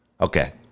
Okay